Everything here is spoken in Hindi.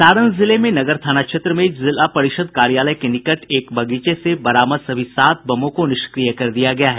सारण जिले में नगर थाना क्षेत्र में जिला परिषद् कार्यालय के निकट एक बगीचे से बरामद सभी सात बमों को निष्क्रिय कर दिया गया है